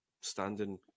standing